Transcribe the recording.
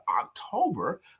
October